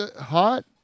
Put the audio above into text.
hot